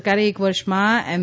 સરકારે એક વર્ષમાં એમ